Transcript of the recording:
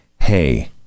hey